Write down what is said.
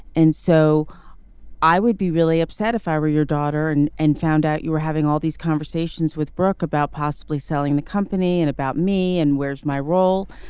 and so i would be really upset if i were your daughter and and found out you were having all these conversations with brooke about possibly selling the company and about me and where's my role.